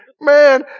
Man